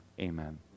Amen